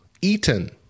eaten